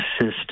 assist